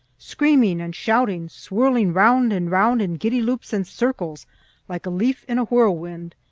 screaming and shouting, swirling round and round in giddy loops and circles like a leaf in a whirlwind,